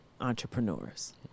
entrepreneurs